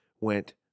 went